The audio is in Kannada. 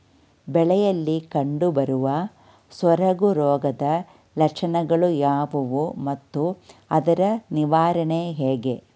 ಬೆಳೆಯಲ್ಲಿ ಕಂಡುಬರುವ ಸೊರಗು ರೋಗದ ಲಕ್ಷಣಗಳು ಯಾವುವು ಮತ್ತು ಅದರ ನಿವಾರಣೆ ಹೇಗೆ?